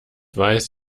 weiß